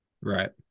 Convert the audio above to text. right